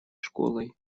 школой